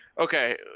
okay